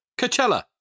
Coachella